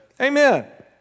Amen